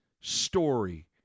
story